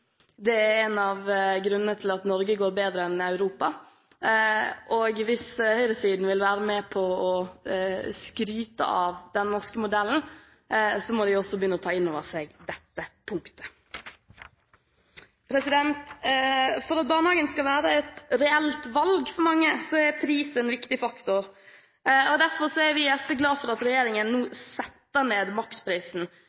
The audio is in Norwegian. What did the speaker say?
Det er en av grunnene til at Norge går bedre enn Europa, og hvis høyresiden vil være med på å skryte av den norske modellen, må de også begynne å ta inn over seg dette punktet. For at barnehagen skal være et reelt valg for mange, er pris en viktig faktor, og derfor er vi i SV glad for at regjeringen